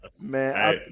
Man